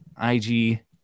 IG